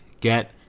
get